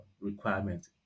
requirement